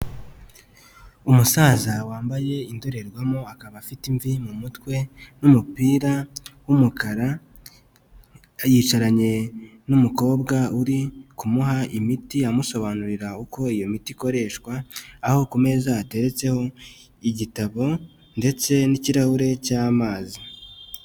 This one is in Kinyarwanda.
Umusaza wambaye indorerwamo akaba afite imvi mu mutwe n'umupira wumukara, yicaranye n'umukobwa uri kumuha imiti amusobanurira uko iyo miti ikoreshwa, aho ku meza hateretseho igitabo ndetse n'ikirahure cy'amazi.